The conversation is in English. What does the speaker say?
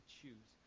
choose